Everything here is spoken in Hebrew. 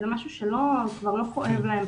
זה משהו שכבר לא כואב להם.